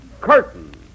Curtain